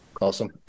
Awesome